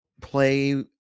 play